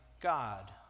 God